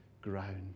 ground